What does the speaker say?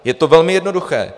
Je to velmi jednoduché.